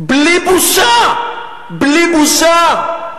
בלי בושה, בלי בושה.